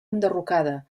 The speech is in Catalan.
enderrocada